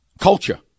culture